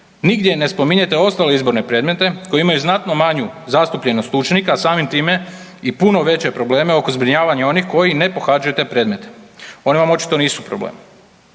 nigdje ne spominjete ostale izborne predmete koji imaju znatno manju zastupljenost učenika, a samim time i puno veće probleme oko zbrinjavanja onih koji ne pohađaju te predmete, oni vam očito nisu problem.